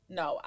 no